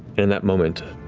in that moment,